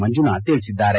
ಮಂಜುನಾಥ ತಿಳಿಸಿದ್ದಾರೆ